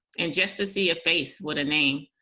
and just to see a face with a name.